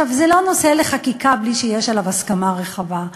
זה לא נושא לחקיקה בלי שיש עליו הסכמה רחבה,